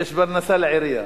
יש פרנסה לעירייה.